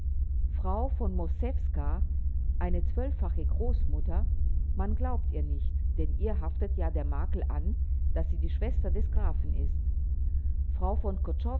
frau von moszewska eine zwölffache großmutter man glaubt ihr nicht denn ihr haftet ja der makel an daß sie die schwester des grafen ist frau von